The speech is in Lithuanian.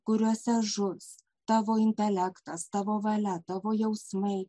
kuriuose žus tavo intelektas tavo valia tavo jausmai